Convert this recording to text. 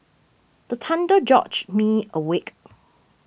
the thunder George me awake